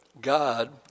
God